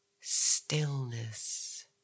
stillness